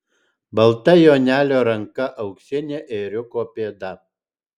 balta jonelio ranka auksinė ėriuko pėda